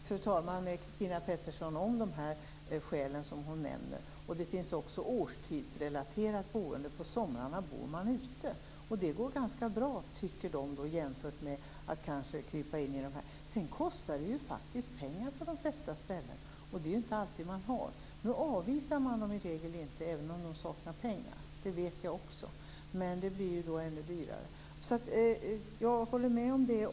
Fru talman! Jag håller med Christina Pettersson om de skäl som hon nämner. Det finns också årstidsrelaterat boende. På somrarna bor man ute. De tycker att det går ganska bra jämfört med att krypa in på härbärgena. Sedan kostar det ju faktiskt pengar på de flesta ställen, och det är ju inte alltid de har det. Nu avvisar man dem i regel inte även om de saknar pengar. Det vet jag också, men det blir ju ännu dyrare. Jag håller med om detta.